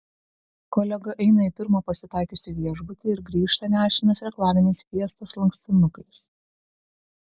kolega eina į pirmą pasitaikiusį viešbutį ir grįžta nešinas reklaminiais fiestos lankstinukais